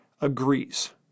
agrees